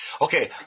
okay